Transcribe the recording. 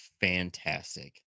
fantastic